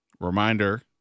Reminder